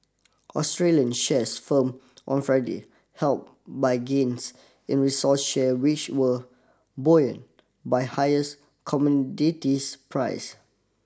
Australian shares firm on Friday help by gains in resource share which were buoyed by highest commodities prices